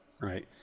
Right